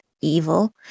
evil